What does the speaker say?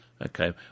Okay